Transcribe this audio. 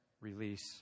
release